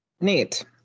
Neat